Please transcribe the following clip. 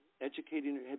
educating